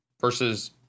versus